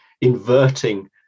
inverting